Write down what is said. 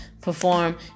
perform